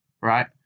right